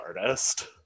artist